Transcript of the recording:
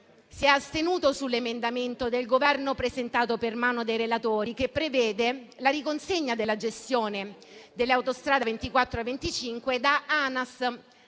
si è astenuto sull'emendamento del Governo, presentato per mano dei relatori, che prevede la riconsegna della gestione delle autostrade A24 e A25 da ANAS